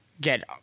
get